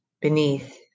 beneath